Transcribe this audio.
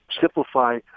simplify